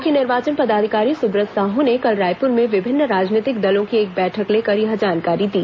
मुख्य निर्वाचन पदाधिकारी सुब्रत साहू ने कल रायपुर में विभिन्न राजनीतिक दलों की एक बैठक लेकर यह जानकारी दी